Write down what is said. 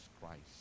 Christ